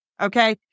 Okay